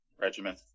regimen